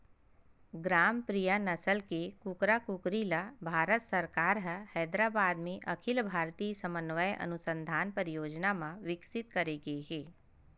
ग्रामप्रिया नसल के कुकरा कुकरी ल भारत सरकार ह हैदराबाद म अखिल भारतीय समन्वय अनुसंधान परियोजना म बिकसित करे गे हे